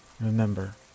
remember